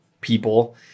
people